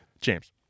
James